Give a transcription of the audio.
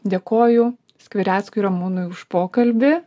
dėkoju skvireckui ramūnui už pokalbį